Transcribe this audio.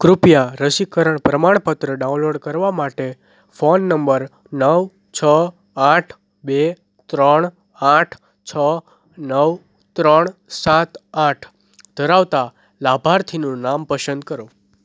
કૃપયા રસીકરણ પ્રમાણપત્ર ડાઉનલોડ કરવા માટે ફોન નંબર નવ છ આઠ બે ત્રણ આઠ છ નવ ત્રણ સાત આઠ ધરાવતા લાભાર્થીનું નામ પસંદ કરો